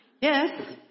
Yes